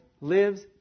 lives